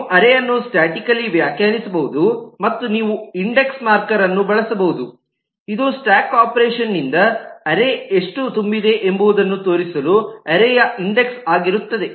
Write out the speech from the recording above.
ನೀವು ಅರೇಅನ್ನು ಸ್ಟಾಟಿಕಲಿ ವ್ಯಾಖ್ಯಾನಿಸಬಹುದು ಮತ್ತು ನೀವು ಇಂಡೆಕ್ಸ್ ಮಾರ್ಕರ್ಅನ್ನು ಬಳಸಬಹುದು ಇದು ಸ್ಟ್ಯಾಕ್ ಆಪರೇಷನ್ನಿಂದ ಅರೇ ಎಷ್ಟು ತುಂಬಿದೆ ಎಂಬುದನ್ನು ತೋರಿಸಲು ಅರೇಯ ಇಂಡೆಕ್ಸ್ ಆಗಿರುತ್ತದೆ